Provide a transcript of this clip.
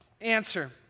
Answer